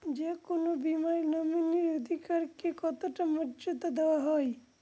যে কোনো বীমায় নমিনীর অধিকার কে কতটা মর্যাদা দেওয়া হয়?